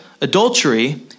adultery